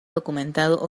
documentado